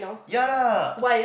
ya lah